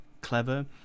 clever